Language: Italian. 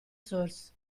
source